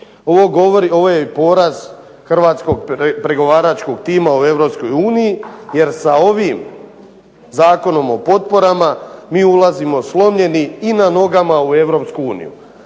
Ovo je poraz hrvatskog pregovaračkog tima u Europskoj uniji, jer sa ovim Zakonom o potporama mi ulazimo slomljeni i na nogama u